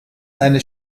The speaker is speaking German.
eine